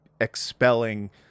expelling